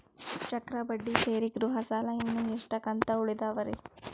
ಚಕ್ರ ಬಡ್ಡಿ ಸೇರಿ ಗೃಹ ಸಾಲ ಇನ್ನು ಎಷ್ಟ ಕಂತ ಉಳಿದಾವರಿ?